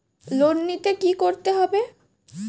Loan নিতে কী করতে হবে?